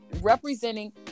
representing